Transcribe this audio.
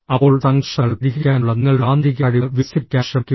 അപ്പോൾ സംഘർഷങ്ങൾ പരിഹരിക്കാനുള്ള നിങ്ങളുടെ ആന്തരിക കഴിവ് വികസിപ്പിക്കാൻ ശ്രമിക്കുക